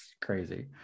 crazy